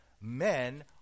Men